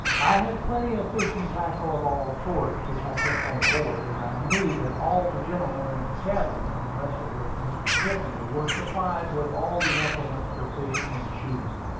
i had plenty of fishing-tackle of all sorts which i kept on board and i knew that all the gentlemen in the cabin, unless it was mr. tiffany, were supplied with all the implements for fishing and shooting.